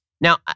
Now